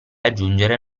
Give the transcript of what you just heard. aggiungere